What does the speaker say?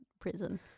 prison